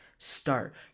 Start